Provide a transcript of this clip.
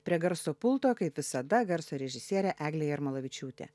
prie garso pulto kaip visada garso režisierė eglė jarmolavičiūtė